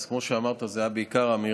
אז, כמו שאמרת, זו הייתה בעיקר אמירה,